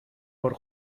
por